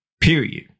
Period